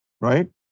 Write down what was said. Right